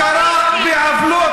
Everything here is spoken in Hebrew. אתה תומך בטרוריסטים.